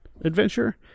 adventure